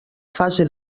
fase